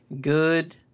good